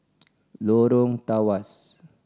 Lorong Tawas